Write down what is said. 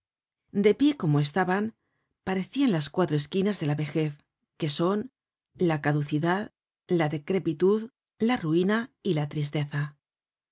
de pie como estaban parecian las cuatro esquinas de la vejez que son la caducidad la decrepitud la ruina y la tristeza